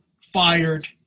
fired